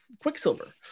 Quicksilver